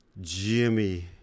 Jimmy